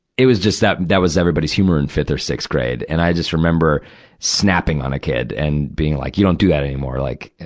it was just like, that was everybody's humor in fifth or sixth grade. and i just remember snapping on a kid and being like, you don't do that anymore, like,